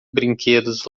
brinquedos